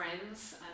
friends